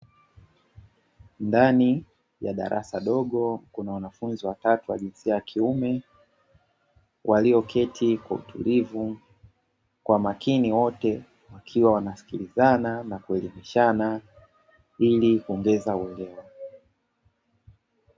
Ndani ya darasa dogo, kuna wanafunzi watatu wa jinsia ya kiume, walioketi kwa utulivu, kwa makini wote, wakiwa wanasikilizana na kuelimishana ili kuongeza uelewa.